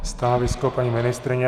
Stanovisko paní ministryně?